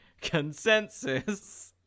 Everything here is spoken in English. Consensus